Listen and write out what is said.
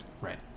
Right